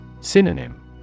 Synonym